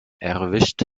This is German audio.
erwischt